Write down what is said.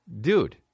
dude